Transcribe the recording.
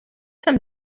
some